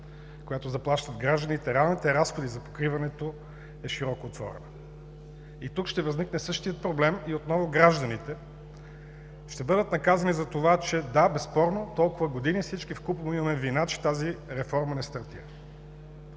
която заплащат гражданите, реалните разходи за покриването, е широко отворена. Тук ще възникне същият проблем и отново гражданите ще бъдат наказани за това, че, да, безспорно, толкова години всички вкупом имаме вина, че тази реформа не стартира.